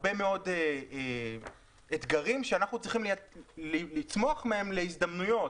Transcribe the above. הרבה מאוד אתגרים שאנחנו צריכים לצמוח מהם להזדמנויות.